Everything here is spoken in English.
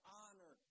honor